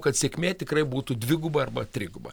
kad sėkmė tikrai būtų dviguba arba triguba